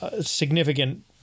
significant